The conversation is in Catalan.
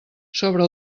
sobre